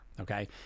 Okay